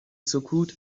سکوت